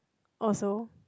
also